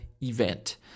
event